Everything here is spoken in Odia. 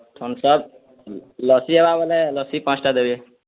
ଥମ୍ସ ଅପ୍ ଲସି ହେବା ବୋଇଲେ ଲସି ପାଞ୍ଚ୍ଟା ଦେବେ